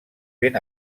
ben